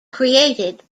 created